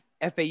FAU